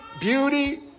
beauty